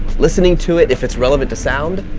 listening to it if it's relevant to sound,